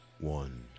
one